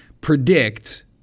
predict